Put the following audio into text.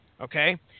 Okay